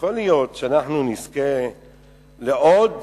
יכול להיות שנזכה לעוד